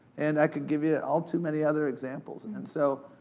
and i could give you all too many other examples. and so,